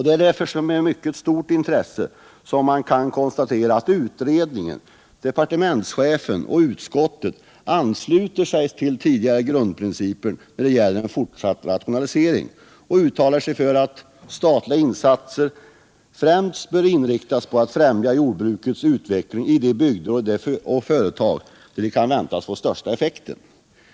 Det är därför med mycket stort intresse man kan konstatera att utredningen, departementschefen och utskottet ansluter sig till tidigare grundprinciper när det gäller en fortsatt rationalisering och uttalar sig för att statliga insatser främst bör inriktas på att främja jordbrukets utveckling i de bygder och företag där de kan väntas få största effekten.